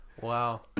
Wow